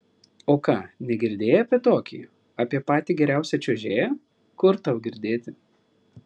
o ką negirdėjai apie tokį apie patį geriausią čiuožėją kur tau girdėti